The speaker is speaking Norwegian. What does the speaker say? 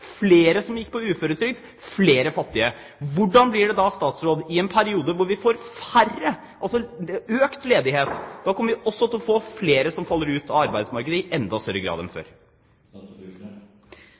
flere som gikk på uføretrygd og flere fattige. Hvordan blir det da, statsråd, i en periode hvor vi får økt ledighet? Da kommer vi til å få flere som faller ut av arbeidsmarkedet, i enda større grad enn før.